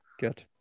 Good